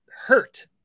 hurt